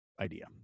idea